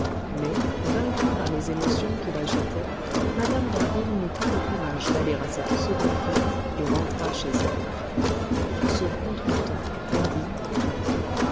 mais vaincue par les émotions qui l'agitaient mme d'harville n'eut pas le courage d'aller à cette seconde fête et rentra chez elle ce contretemps perdit tout